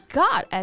god